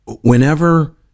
whenever